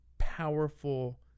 powerful